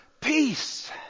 Peace